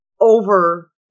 over